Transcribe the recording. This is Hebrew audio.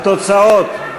התוצאות: